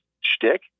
shtick